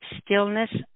stillness